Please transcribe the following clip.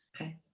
Okay